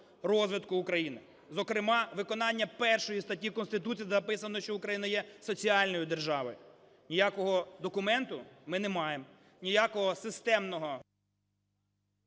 розвитку України, зокрема виконання 1 статті Конституції, де записано, що Україна є соціальною державою. Ніякого документу ми не маємо, ніякого системного…